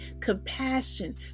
compassion